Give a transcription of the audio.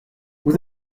vous